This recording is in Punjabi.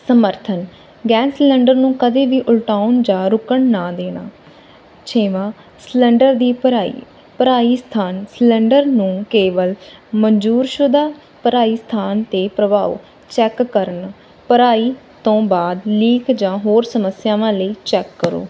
ਸਮਰਥਨ ਗੈਸ ਸਿਲੰਡਰ ਨੂੰ ਕਦੇ ਵੀ ਉਲਟਾਉਣ ਜਾਂ ਰੁਕਣ ਨਾ ਦੇਣਾ ਛੇਵਾਂ ਸਿਲੰਡਰ ਦੀ ਭਰਾਈ ਭਰਾਈ ਸਥਾਨ ਸਿਲੰਡਰ ਨੂੰ ਕੇਵਲ ਮਨਜ਼ੂਰਸ਼ੁਦਾ ਭਰਾਈ ਸਥਾਨ 'ਤੇ ਭਰਵਾਓ ਚੈੱਕ ਕਰਨ ਭਰਾਈ ਤੋਂ ਬਾਅਦ ਲੀਕ ਜਾਂ ਹੋਰ ਸਮੱਸਿਆਵਾਂ ਲਈ ਚੈੱਕ ਕਰੋ